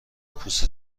پوست